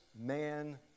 man